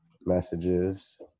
messages